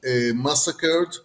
massacred